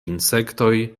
insektoj